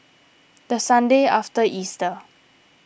the Sunday after Easter